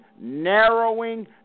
narrowing